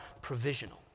provisional